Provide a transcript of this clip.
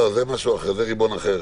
זה משהו אחר, זה ריבון אחר.